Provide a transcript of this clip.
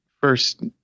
first